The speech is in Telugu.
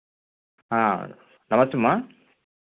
నమస్తే అమ్మ